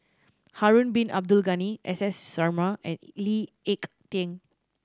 Harun Bin Abdul Ghani S S Sarma and Lee Ek Tieng